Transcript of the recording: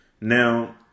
Now